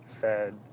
fed